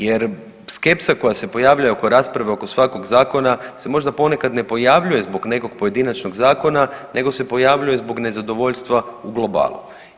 Jer skepsa koja se pojavljuje oko rasprave oko svakog zakona se možda ne pojavljuje zbog nekog pojedinačnog zakona, nego se pojavljuje zbog nezadovoljstva u globalu.